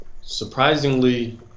surprisingly